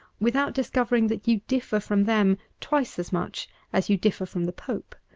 without discovering that you differ from them twice as much as you differ from the pope.